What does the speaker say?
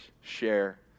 Share